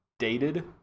dated